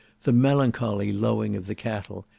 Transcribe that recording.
the melancholy lowing of the cattle,